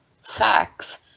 sex